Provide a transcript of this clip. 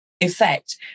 effect